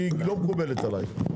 היא לא מקובלת עלי.